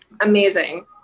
amazing